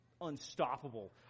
unstoppable